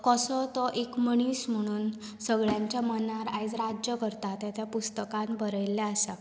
कसो तो एक मनीस म्हणून सगळ्यांच्या मनार आयज राज्य करता तें त्या पुस्तकान बरयल्लें आसा